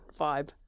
vibe